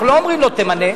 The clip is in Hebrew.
אנחנו לא אומרים לו: תמנה.